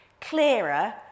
clearer